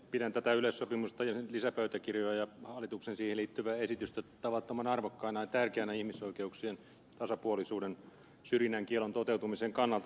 pidän tätä yleissopimusta sen lisäpöytäkirjoja ja siihen liittyvää hallituksen esitystä tavattoman arvokkaana ja tärkeänä asiana ihmisoikeuksien tasapuolisuuden ja syrjinnän kiellon toteutumisen kannalta